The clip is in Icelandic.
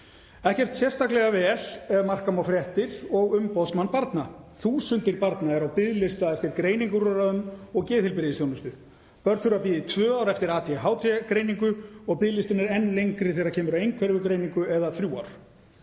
ekkert sérstaklega vel ef marka má fréttir og umboðsmann barna. Þúsundir barna eru á biðlista eftir greiningarúrræðum og geðheilbrigðisþjónustu. Börn þurfa að bíða í tvö ár eftir ADHD-greiningu og biðlistinn er enn lengri þegar kemur að einhverfugreiningu eða þrjú ár.